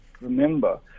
remember